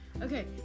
okay